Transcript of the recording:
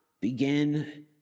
begin